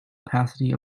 opacity